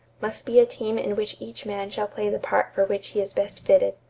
must be a team in which each man shall play the part for which he is best fitted.